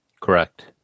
Correct